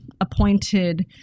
appointed